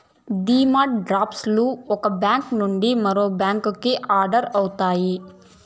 demand draft లు ఒక bank నుండి మరో బ్యాంకుకి ఆర్డర్ అవుతాయి